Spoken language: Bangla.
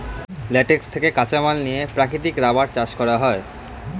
ল্যাটেক্স থেকে কাঁচামাল নিয়ে প্রাকৃতিক রাবার চাষ করা হয়